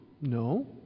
No